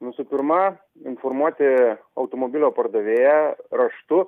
visų pirma informuoti automobilio pardavėją raštu